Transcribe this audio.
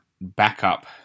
backup